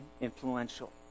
influential